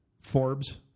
Forbes